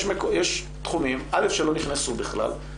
יש תחומים שלא נכנסו בכלל.